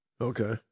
Okay